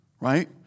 Right